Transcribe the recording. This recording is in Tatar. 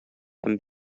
һәм